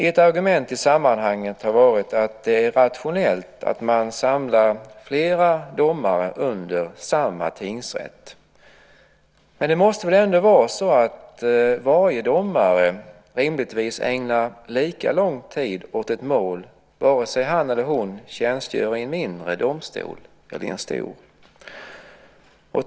Ett argument i sammanhanget har varit att det är rationellt att man samlar flera domare under samma tingsrätt. Men det måste väl ändå vara så att varje domare rimligtvis ägnar lika lång tid åt ett mål vare sig han eller hon tjänstgör vid en mindre domstol eller vid en stor.